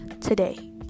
today